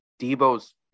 Debo's